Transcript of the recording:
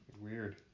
Weird